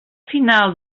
final